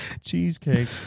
cheesecake